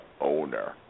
owner